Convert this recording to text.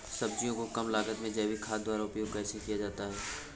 सब्जियों को कम लागत में जैविक खाद द्वारा उपयोग कैसे किया जाता है?